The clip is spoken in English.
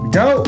go